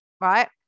right